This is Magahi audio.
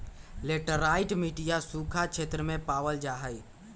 लेटराइट मटिया सूखा क्षेत्र में पावल जाहई